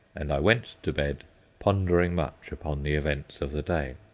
and i went to bed pondering much upon the events of the day.